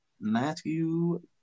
Matthew